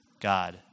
God